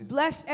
Bless